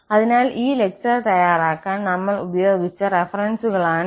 അതിനാൽ ഈ ലെക്ച്ചർ തയ്യാറാക്കാൻ നമ്മൾ ഉപയോഗിച്ച റെഫെറെൻസുകളാണിവ